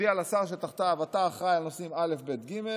מודיע לשר שתחתיו: אתה אחראי לנושאים א', ב', ג'.